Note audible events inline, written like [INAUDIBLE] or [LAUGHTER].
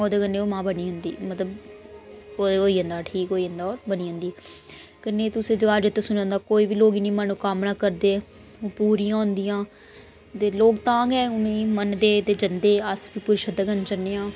ओह्दे कन्नै ओह् मां बनी जन्दी मतलब ओह्दे होई जंदा ठीक होई जंदा ओह् बनी जन्दी कन्नै तुसें सुने [UNINTELLIGIBLE] दा होंदा कोई बी लोग इन्नी मनोकामना करदे ओह् पूरियां होंदियां दे लोक तां गै उ'नेंई मनदे ते जन्दे अस बी पूरी शरधा कन्नै जन्ने आं